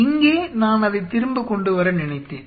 இங்கே நான் அதை திரும்ப கொண்டு வர நினைத்தேன்